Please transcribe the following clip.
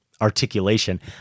articulation